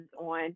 on